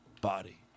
body